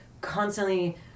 constantly